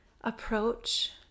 approach